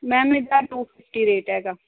ma'am ਇਹਦਾ two fifty rate ਹੈਗਾ